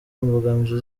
imbogamizi